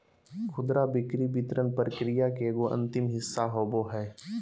खुदरा बिक्री वितरण प्रक्रिया के एगो अंतिम हिस्सा होबो हइ